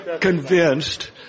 convinced